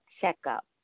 checkup